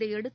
இதையடுத்து